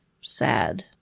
sad